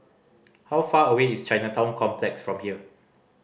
how far away is Chinatown Complex from here